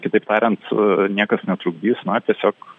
kitaip tariant niekas netrukdys na tiesiog